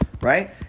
right